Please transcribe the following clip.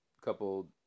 couple